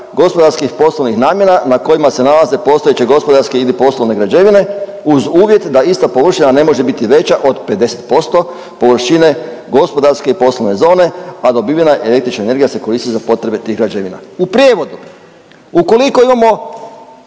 gospodarskih i poslovnih namjena na kojima se nalaze postojeće gospodarske ili poslovne građevine uz uvjet da ista površina ne može biti veća od 50% površine gospodarske i poslovne zone, a dobivena električna energija se koristi za potrebe tih građevina. U prijevodu, ukoliko imamo